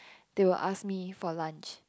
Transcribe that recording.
they will ask me for lunch